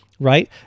right